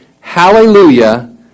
Hallelujah